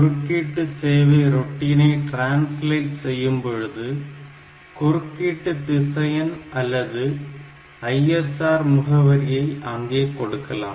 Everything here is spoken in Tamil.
குறுக்கீட்டு சேவை ரொட்டீனை ட்ரான்ஸ்லேட் செய்யும்பொழுது குறுக்கீட்டு திசையன் அல்லது ISR முகவரியை அங்கே கொடுக்கலாம்